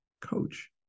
coach